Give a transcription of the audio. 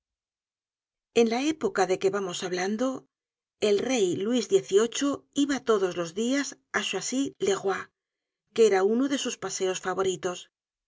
en la época de que vamos hablando el rey luis xviii iba todos los dias á choisy le roy que era uno de sus paseos favoritos